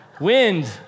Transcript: Wind